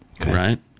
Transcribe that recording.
right